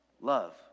Love